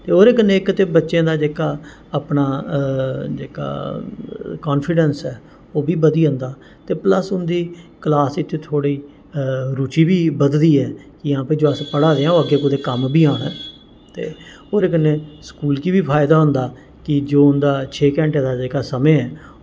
ते ओह्दे कन्नै इक ते बच्चें दा जेह्का अपना जेह्का कांफिडैंस ऐ ओह् बी बधी जंदा ते प्लस उं'दी क्लास च थोह्ड़ी रूचि बी बधदी ऐ कि हां भाई जो अस पढ़ा दे आं ओह् अग्गें कुतै कम्म बी आना ऐ ते ओह्दे कन्नै स्कूल गी बी फायदा होंदा कि जो उं'दा छे घैंटे दा जेह्का समें ऐ